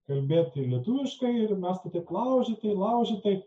kalbėti lietuviškai ir mes tai taip laužytai laužytai